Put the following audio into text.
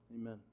Amen